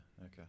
okay